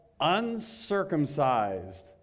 uncircumcised